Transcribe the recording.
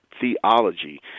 theology